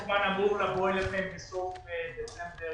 אני אמור לבוא אליכם שוב בסוף דצמבר